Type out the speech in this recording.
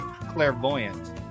clairvoyant